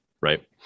right